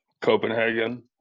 Copenhagen